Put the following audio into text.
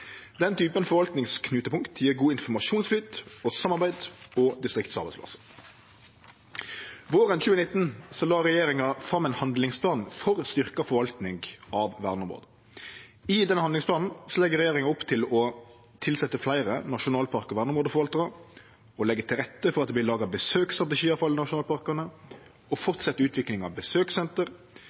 Den typen forvaltingsknutepunkt gjev god informasjonsflyt, samarbeid og distriktsarbeidsplassar. Våren 2019 la regjeringa fram ein handlingsplan for å styrkje forvaltinga av verneområda. I handlingsplanen legg regjeringa opp til å tilsetje fleire nasjonalpark- og verneområdeforvaltarar, leggje til rette for at det vert laga besøksstrategiar for nasjonalparkane, fortsetje utviklinga av besøkssenter